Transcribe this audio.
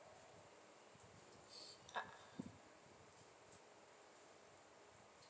ah